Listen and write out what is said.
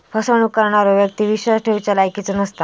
फसवणूक करणारो व्यक्ती विश्वास ठेवच्या लायकीचो नसता